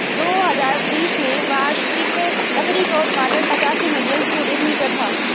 दो हजार बीस में वार्षिक लकड़ी का उत्पादन पचासी मिलियन क्यूबिक मीटर था